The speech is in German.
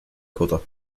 kutter